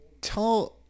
tell